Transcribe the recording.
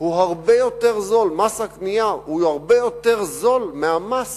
הוא הרבה יותר נמוך מהמס